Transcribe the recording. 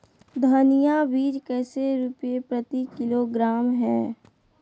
धनिया बीज कैसे रुपए प्रति किलोग्राम है?